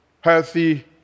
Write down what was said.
healthy